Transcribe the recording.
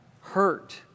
hurt